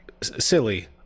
silly